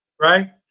right